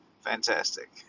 fantastic